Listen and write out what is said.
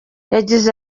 yagize